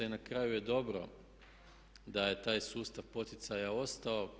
I na kraju je dobro da je taj sustav poticaja ostao.